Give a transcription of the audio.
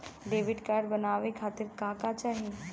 Debit card बनवावे खातिर का का चाही?